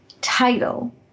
title